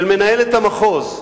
של מנהלת המחוז,